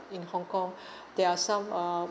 in hong kong there are some uh